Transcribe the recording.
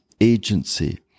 agency